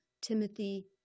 Timothy